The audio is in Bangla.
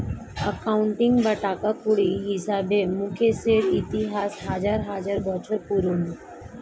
অ্যাকাউন্টিং বা টাকাকড়ির হিসেবে মুকেশের ইতিহাস হাজার হাজার বছর পুরোনো